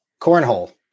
Cornhole